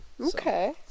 Okay